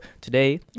today